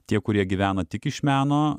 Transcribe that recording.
tie kurie gyvena tik iš meno